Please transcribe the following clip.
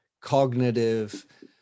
cognitive